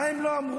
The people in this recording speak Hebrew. מה הם לא אמרו?